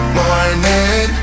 morning